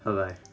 bye bye